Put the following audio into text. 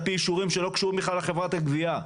על פי אישורים שלא קשורים בכלל לחברת הגבייה.